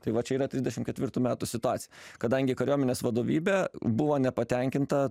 tai va čia yra trisdešim ketvirtų metų situacija kadangi kariuomenės vadovybė buvo nepatenkinta